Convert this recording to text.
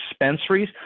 dispensaries